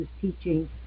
teaching